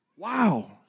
Wow